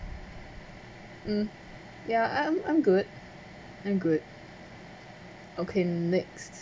mm yeah I'm I'm I'm good I'm good okay next